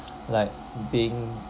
like being